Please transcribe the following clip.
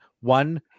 One